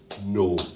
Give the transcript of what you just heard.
no